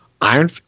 Iron